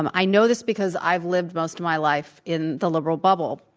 um i know this because i've lived most of my life in the liberal bubble.